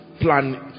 Plan